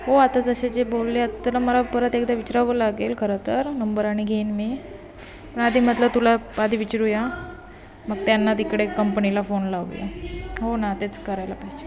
हो आता जसे जे बोलले आता त्याला मला परत एकदा विचरावं लागेल खरं तर नंबर आणि घेईन मी आधी म्हटलं तुला आधी विचरूया मग त्यांना तिकडे कंपनीला फोन लावूया हो ना तेच करायला पाहिजे